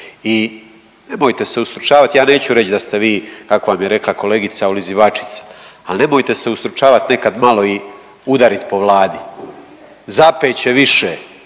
I nemojte se ustručavati, ja neću reći da ste vi kako vam je rekla kolegica ulizivačica, ali nemojte se ustručavat nekad malo i udarit po Vladi. Zapet će više,